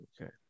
Okay